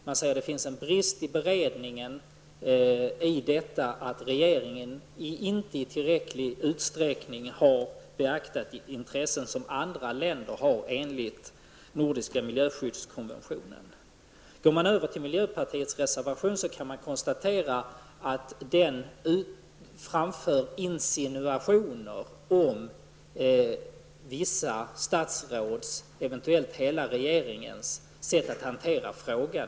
Man säger att det finns en brist i beredningen av ärendet i det avseendet att regeringen inte i tillräcklig utsträckning har beaktat de intressen som andra länder har enligt den nordiska miljöskyddskonventionen. I miljöpartiets reservation framförs insinuationer om vissa statsråds, eventuellt hela regeringens, sätt att hantera frågan.